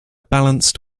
balanced